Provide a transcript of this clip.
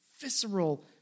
Visceral